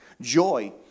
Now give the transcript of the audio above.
Joy